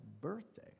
birthday